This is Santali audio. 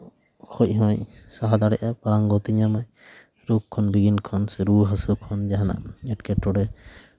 ᱠᱷᱚᱡ ᱦᱚᱸᱭ ᱥᱟᱦᱟ ᱫᱟᱲᱮᱭᱟᱜᱼᱟᱭ ᱯᱟᱨᱟᱝᱜᱚᱛᱮ ᱧᱟᱢᱟ ᱨᱳᱜᱽ ᱠᱷᱚᱱ ᱵᱤᱜᱷᱤᱱ ᱠᱷᱚᱱ ᱥᱮ ᱨᱩᱣᱟᱹ ᱦᱟᱹᱥᱩ ᱠᱷᱚᱱ ᱡᱟᱦᱟᱱᱟᱜ ᱮᱴᱠᱮᱴᱚᱬᱮ